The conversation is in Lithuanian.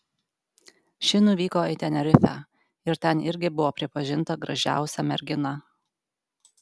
ši nuvyko į tenerifę ir ten irgi buvo pripažinta gražiausia mergina